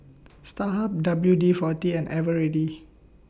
Starhub W D forty and Eveready